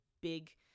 big